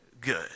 good